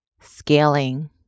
scaling